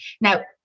now